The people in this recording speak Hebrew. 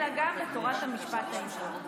אלא גם בתורת המשפט העברי.